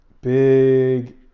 big